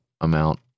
amount